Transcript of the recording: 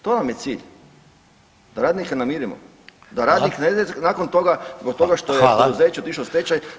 To vam je cilj, da radnika namirimo, da radnik ne ide [[Upadica: Hvala.]] nakon toga zbog toga što je [[Upadica: Hvala.]] poduzeće otišlo u stečaj